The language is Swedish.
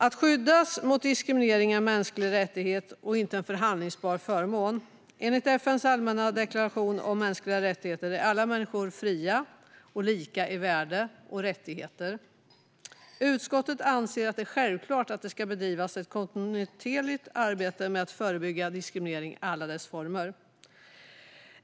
Att skyddas mot diskriminering är en mänsklig rättighet och inte en förhandlingsbar förmån. Enligt FN:s allmänna deklaration om de mänskliga rättigheterna är alla människor fria och lika i värde och rättigheter. Utskottet anser att det är självklart att det ska bedrivas ett kontinuerligt arbete med att förebygga diskriminering i alla dess former.